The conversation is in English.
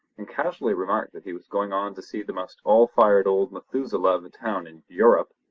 and casually remarked that he was going on to see the most all-fired old methuselah of a town in yurrup,